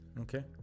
okay